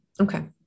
Okay